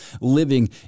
living